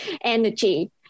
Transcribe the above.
energy